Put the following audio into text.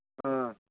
ꯑ